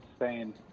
insane